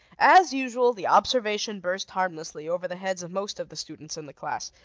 as usual, the observation burst harmlessly over the heads of most of the students in the class,